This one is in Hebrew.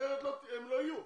אחרת הם לא יהיו,